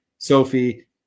Sophie